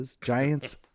Giants